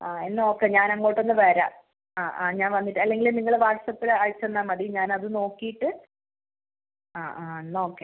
ആ എന്നാൽ ഓക്കെ ഞാൻ അങ്ങോട്ട് ഒന്ന് വരാം ആ ഞാൻ വന്നിട്ട് അല്ലെങ്കിൽ നിങ്ങൾ വാട്സപ്പിൽ അയച്ച് തന്നാൽ മതി ഞാനത് നോക്കിയിട്ട് ആ ആ എന്നാൽ ഓക്കെ